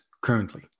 currently